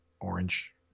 orange